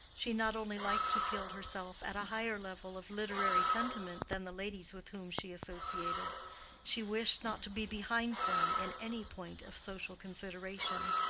she not only liked to feel herself at a higher level of literary sentiment than the ladies with whom she associated she wished not to be behind them in any point of social consideration.